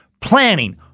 planning